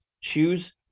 choose